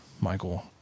Michael